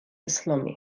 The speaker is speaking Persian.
اسلامی